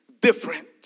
different